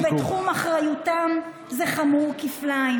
ובתחום אחריותם, זה חמור כפליים.